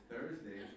Thursday